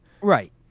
Right